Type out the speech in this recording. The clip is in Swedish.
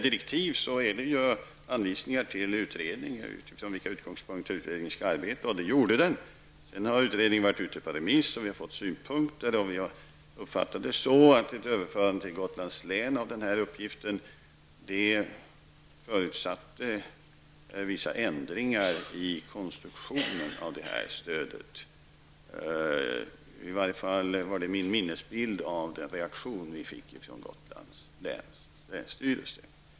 Direktiven utgjorde anvisningar till utredningen, anvisningar efter vilka utredningen skulle arbeta, och det gjorde den. Sedan har utredningens betänkande varit ute på remiss, och vi har fått in synpunkter. Vi har nu uppfattat det så, att ett överförande till Gotlands län av uppgiften förutsatte vissa ändringar i konstruktionen av stödet. I varje fall är det min minnesbild av den reaktion vi fick från Gotlands läns länsstyrelse.